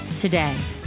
today